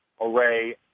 array